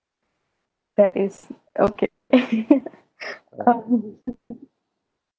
that is okay